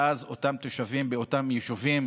ואז אותם תושבים באותם יישובים,